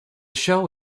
show